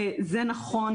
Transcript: זה נכון,